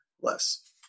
less